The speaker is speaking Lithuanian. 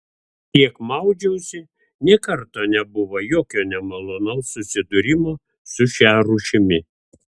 kiek maudžiausi nė karto nebuvo jokio nemalonaus susidūrimo su šia rūšimi